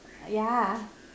yeah